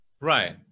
Right